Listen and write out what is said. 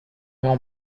grand